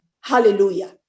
Hallelujah